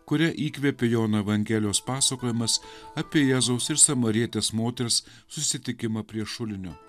kurią įkvėpė jono evangelijos pasakojimas apie jėzaus ir samarietės moters susitikimą prie šulinio